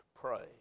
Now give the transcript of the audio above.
pray